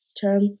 term